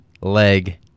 leg